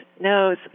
knows